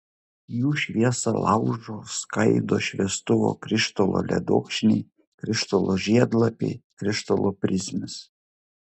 jų šviesą laužo skaido šviestuvo krištolo ledokšniai krištolo žiedlapiai krištolo prizmės